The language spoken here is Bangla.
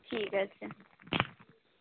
ঠিক আছে